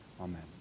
amen